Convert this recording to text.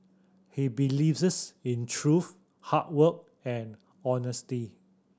he believes in truth hard work and honesty